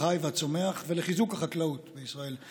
החי והצומח ולחיזוק החקלאות בישראל.